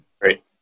Great